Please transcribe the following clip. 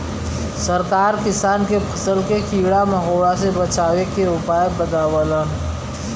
सरकार किसान के फसल के कीड़ा मकोड़ा से बचावे के उपाय बतावलन